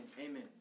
amen